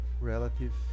relative